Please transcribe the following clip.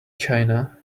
china